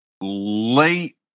late